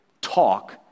talk